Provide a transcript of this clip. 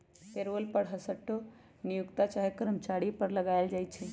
payroll कर हरसठ्ठो नियोक्ता चाहे कर्मचारी पर लगायल जाइ छइ